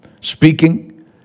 Speaking